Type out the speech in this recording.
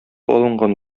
алынган